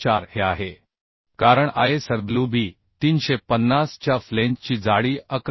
4 हे आहे कारण ISWB 350 च्या फ्लेंजची जाडी 11